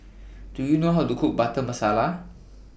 Do YOU know How to Cook Butter Masala